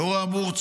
לאור האמור,